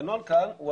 זה לא